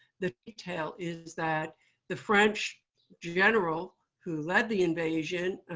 the the tale is that the french general who led the invasion,